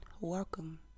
Welcome